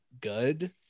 good